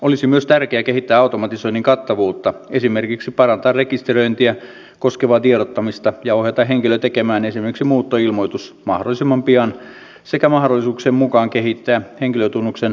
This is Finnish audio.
olisi myös tärkeää kehittää automatisoinnin kattavuutta esimerkiksi parantaa rekisteröintiä koskevaa tiedottamista ja ohjata henkilö tekemään esimerkiksi muuttoilmoitus mahdollisimman pian sekä mahdollisuuksien mukaan kehittää henkilötunnuksen hakemismenettelyä